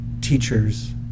teachers